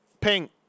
Pink